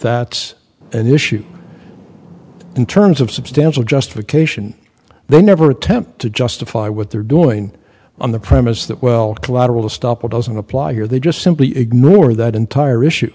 that's an issue in terms of substantial justification they never attempt to justify what they're doing on the premise that well collateral stoppel doesn't apply here they just simply ignore that entire issue